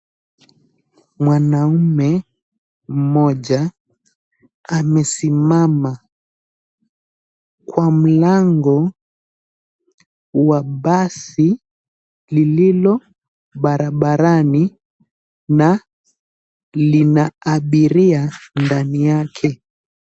Mwanaume mmoja amesimama kwa mlango wa basi lililo barabarani na lina abiria ndani yake.